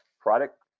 Product